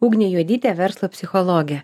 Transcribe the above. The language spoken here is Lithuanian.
ugnė juodytė verslo psichologė